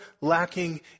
lacking